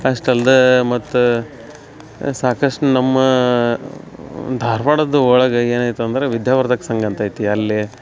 ಅಷ್ಟು ಅಲ್ದೆ ಮತ್ತು ಸಾಕಷ್ಟು ನಮ್ಮ ಧಾರ್ವಾಡದ ಒಳಗೆ ಏನೈತಂದ್ರೆ ವಿದ್ಯಾವರ್ಧಕ ಸಂಘ ಅಂತ ಐತಿ ಅಲ್ಲಿ